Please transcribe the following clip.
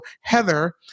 Heather